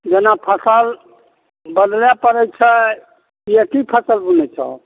जेना फसल बदलै पड़ैत छै कि एक ही फसल बुनैत छहो